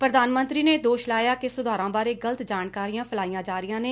ਪ੍ਰਧਾਨ ਮੰਤਰੀ ਨੇ ਦੋਸ਼ ਲਾਇਆ ਕਿ ਸੁਧਾਰਾਂ ਬਾਰੇ ਗਲਤ ਜਾਣਕਾਰੀਆਂ ਫੈਲਾਈਆਂ ਜਾ ਰਹੀਆਂ ਨੇ